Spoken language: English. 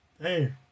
Hey